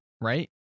right